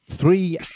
three